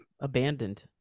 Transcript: abandoned